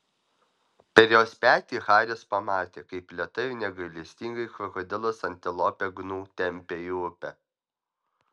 per jos petį haris pamatė kaip lėtai ir negailestingai krokodilas antilopę gnu tempia į upę